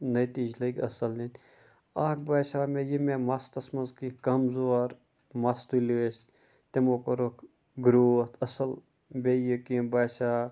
نٔتِج لٔگۍ اَصٕل نِنۍ اَکھ باسیٛو مےٚ یہِ مےٚ مَستَس منٛز کیٚنٛہہ کَمزور مَس تُلہِ ٲسۍ تِمو کوٚرُکھ گرٛوتھ اَصٕل بیٚیہِ یہِ کیٚنٛہہ باسیٛو